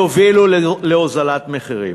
ויובילו להוזלת מחירים.